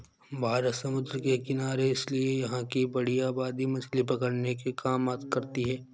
भारत समुद्र के किनारे है इसीलिए यहां की बड़ी आबादी मछली पकड़ने के काम करती है